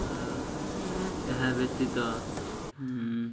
ଏହା ବ୍ୟତୀତ